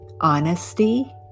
honesty